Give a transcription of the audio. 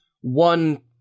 one